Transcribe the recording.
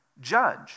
judge